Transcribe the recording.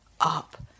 up